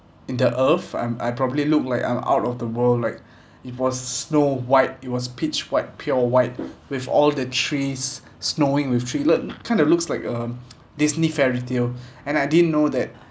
in the earth I'm I probably look like I'm out of the world like it was snow white it was pitch white pure white with all the trees snowing with tree look kind of looks like a disney fairy tale and I didn't know that